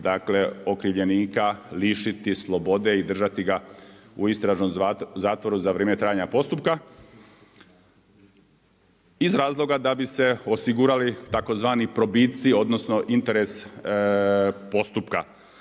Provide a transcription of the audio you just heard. dakle okrivljenika lišiti slobode i držati ga u istražnom zatvoru za vrijeme trajanja postupka iz razloga da bi se osigurali tzv. probici, odnosno interes postupka.